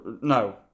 No